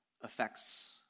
affects